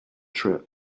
trip